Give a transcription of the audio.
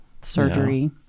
surgery